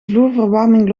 vloerverwarming